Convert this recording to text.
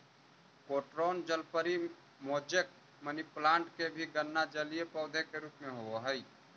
croton जलपरी, mosaic, money plant के भी गणना जलीय पौधा के रूप में होवऽ हइ